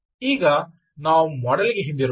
ಈಗ ನಾವು ಮಾಡೆಲ್ ಗೆ ಹಿಂದಿರುಗೋಣ